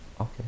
Okay